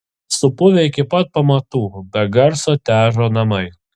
supuvę iki pat pamatų be garso težo namai